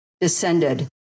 descended